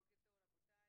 בוקר טוב רבותיי.